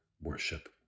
worship